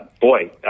boy